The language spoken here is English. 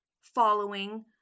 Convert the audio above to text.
following